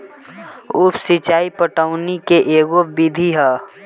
उप सिचाई पटवनी के एगो विधि ह